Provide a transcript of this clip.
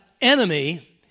enemy